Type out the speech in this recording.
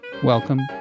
Welcome